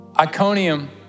Iconium